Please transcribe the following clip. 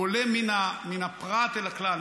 והוא עולה מן הפרט אל הכלל,